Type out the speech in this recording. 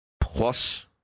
plus